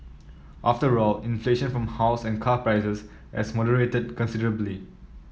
after all inflation from house and car prices has moderated considerably